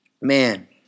Man